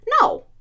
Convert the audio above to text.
No